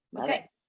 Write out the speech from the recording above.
Okay